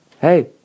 hey